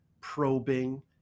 probing